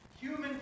Human